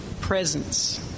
presence